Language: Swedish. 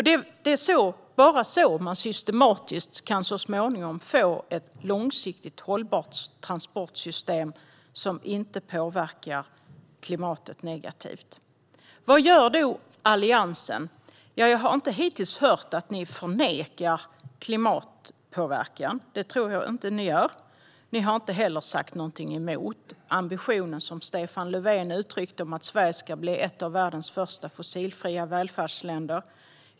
Det är bara så man systematiskt så småningom kan få ett långsiktigt hållbart transportsystem som inte påverkar klimatet negativt. Vad gör då Alliansen? Jag har inte hittills hört att ni förnekar klimatpåverkan - det tror jag inte att ni gör. Ni har inte heller sagt någonting emot ambitionen, som Stefan Löfven uttryckte, att Sverige ska bli ett av världens första fossilfria välfärdsländer.